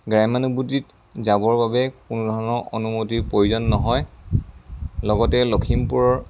গ্ৰাম্যানুভূতিত যাবৰ বাবে কোনো ধৰণৰ অনুমতিৰ প্ৰয়োজন নহয় লগতে লখিমপুৰৰ